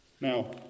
Now